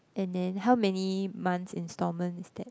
and then how many months installment is that